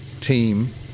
team